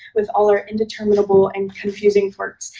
with all our indeterminable and confusing quirks,